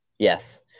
Yes